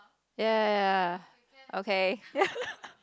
ya ya ya okay